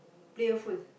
playful